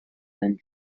and